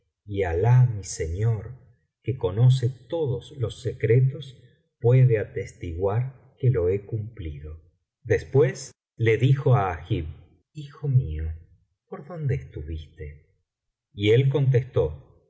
y álah mi señor que conoce todos los secretos puede atestiguar que lo he cumplido después le dijo á agib hijo mío por dónde estuviste y él contestó